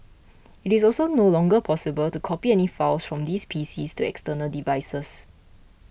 it is also no longer possible to copy any files from these PCs to external devices